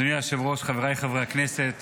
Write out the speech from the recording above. אדוני היושב-ראש, חבריי חברי הכנסת